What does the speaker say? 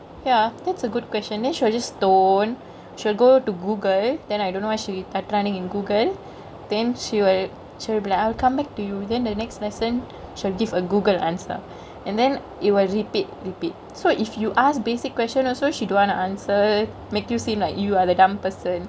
ya that's a good question then she will just stone she will go to Google then I don't know what she findingk in Google then she will she'll be like I'll come back to you then the next lesson she'll give a Google answer and then it will repeat repeat so if you ask basic question also she don't want to answer make you seem like you are the dumb person